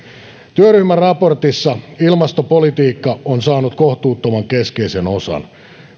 työryhmän raportissa ilmastopolitiikka on saanut kohtuuttoman keskeisen osan